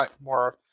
more